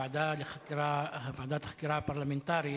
ועדת חקירה פרלמנטרית,